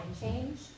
change